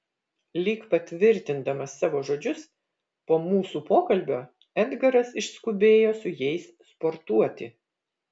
lyg patvirtindamas savo žodžius po mūsų pokalbio edgaras išskubėjo su jais sportuoti